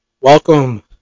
Welcome